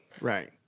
Right